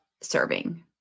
serving